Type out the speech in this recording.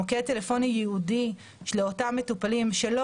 מוקד טלפוני ייעודי לאותם מטופלים שלא